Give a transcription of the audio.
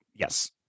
Yes